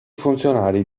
funzionari